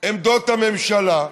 עמדות הממשלה,